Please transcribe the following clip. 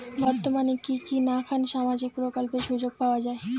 বর্তমানে কি কি নাখান সামাজিক প্রকল্পের সুযোগ পাওয়া যায়?